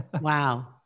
Wow